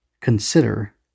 consider